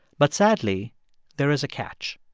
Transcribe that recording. but sadly there is a catch.